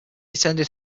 attended